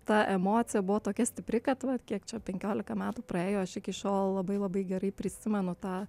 ta emocija buvo tokia stipri kad va kiek čia penkiolika metų praėjo aš iki šiol labai labai gerai prisimenu tą